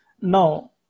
Now